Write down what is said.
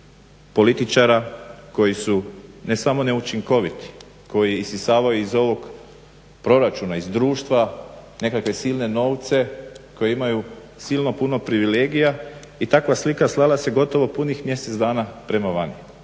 političara koji su ne samo neučinkoviti, koji isisavaju iz ovog proračuna iz društva nekakve silne novce koji imaju silno puno privilegija i takva slika slala se gotovo punih mjesec dana prema vani.